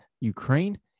Ukraine